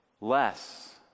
less